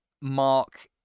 Mark